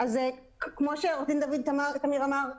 כמו שעו"ד דוד טמיר אמר,